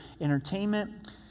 entertainment